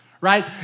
right